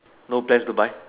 no place to buy